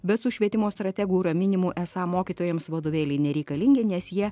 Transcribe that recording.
bet su švietimo strategų raminimu esą mokytojams vadovėliai nereikalingi nes jie